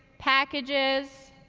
packages,